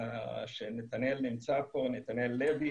שנתנאל לוי,